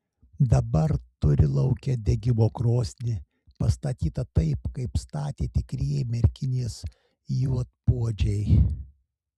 dabar turi lauke degimo krosnį pastatytą taip kaip statė tikrieji merkinės juodpuodžiai